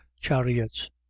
chariots